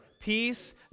peace